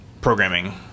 programming